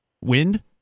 Wind